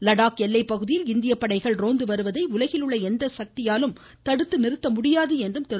லடாக் எல்லைப்பகுதியில் இந்திய படைகள் ரோந்து வருவதை உலகில் உள்ள எந்த சக்தியும் தடுத்து நிறுத்த முடியாது என்றும் திரு